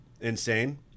insane